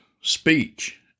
speech